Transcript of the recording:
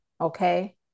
okay